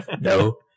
No